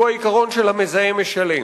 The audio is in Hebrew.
שהוא העיקרון של המזהם, משלם.